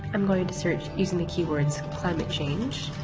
i'm going to search using the keywords climate change,